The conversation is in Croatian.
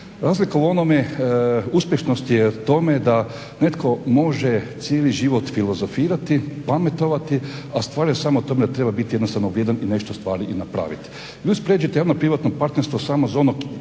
Razlika u onome uspješnosti je u tome da netko može cijeli život filozofirati, pametovati, a stvar je samo u tome da treba biti jednostavno vrijedan i nešto ustvari i napraviti. … javno privatno partnerstvo samo iz onog